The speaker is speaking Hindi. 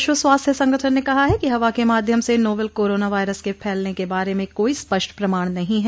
विश्व स्वास्थ्य संगठन ने कहा है कि हवा के माध्यम से नोवेल कोरोना वायरस के फैलने के बारे में कोई स्पष्ट प्रमाण नहीं हैं